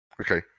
Okay